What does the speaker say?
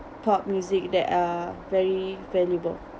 pop music that are very valuable